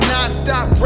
Nonstop